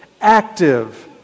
active